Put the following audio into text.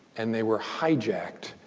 and they were hijacked.